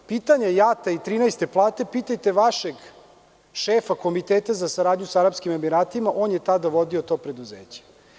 Pitanje JAT-a i trineste plate, pitajte vašeg šefa Komiteta za saradnju sa Arapskim Emiratima, on je tada vodio to preduzeće.